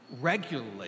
regularly